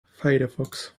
firefox